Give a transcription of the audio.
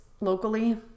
Locally